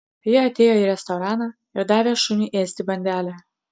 ji atėjo į restoraną ir davė šuniui ėsti bandelę